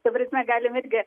ta prasme galim irgi